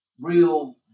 real